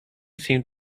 seemed